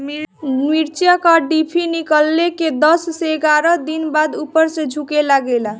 मिरचा क डिभी निकलले के दस से एग्यारह दिन बाद उपर से झुके लागेला?